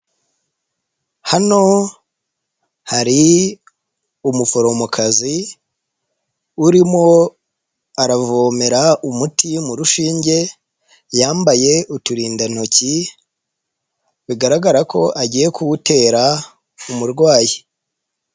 Hano hari umuforomokazi urimo aravomera umuti mu rushinge yambaye uturindantoki, bigaragara ko agiye kuwutera umurwayi.